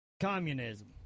communism